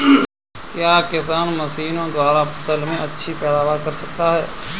क्या किसान मशीनों द्वारा फसल में अच्छी पैदावार कर सकता है?